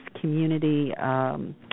community